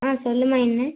ஆ சொல்லுமா என்ன